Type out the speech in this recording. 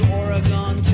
oregon